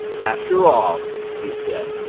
after all he said,